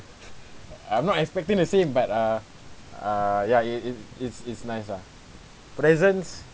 I'm not expecting the same but uh uh ya it it it's it's nice ah present